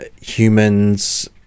humans